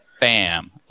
bam